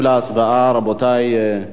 נחכה רק לשר שיגיע לכיסאו.